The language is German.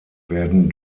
werden